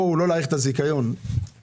לא להאריך את הזיכיון הזה,